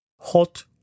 Hot